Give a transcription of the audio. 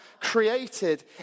created